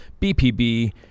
BPB